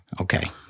Okay